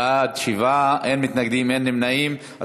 ועדת הפנים, כן.